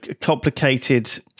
complicated